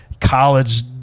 college